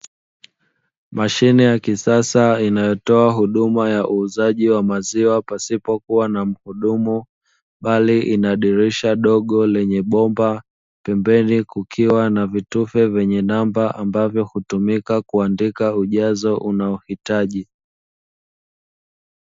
Mashine ya kisasa inayotoa huduma ya uuzaji wa maziwa pasipokuwa na mhudumu, bali inadirisha dogo lenye bomba pembeni kukiwa na vitufe vyenye namba ambavyo hutumika kuandika ujazo unaohitaji.